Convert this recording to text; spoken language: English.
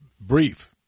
Brief